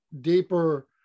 deeper